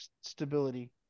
stability